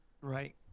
Right